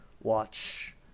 watch